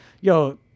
yo